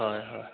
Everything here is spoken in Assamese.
হয় হয়